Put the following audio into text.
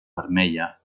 vermella